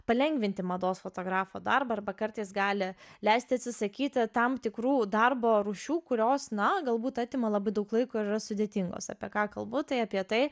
palengvinti mados fotografo darbą arba kartais gali leisti atsisakyti tam tikrų darbo rūšių kurios na galbūt atima labai daug laiko ir yra sudėtingos apie ką kalbu tai apie tai